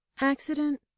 accident